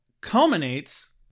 culminates